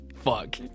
fuck